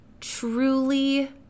truly